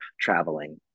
traveling